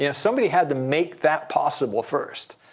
yeah somebody had to make that possible first.